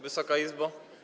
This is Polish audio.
Wysoka Izbo!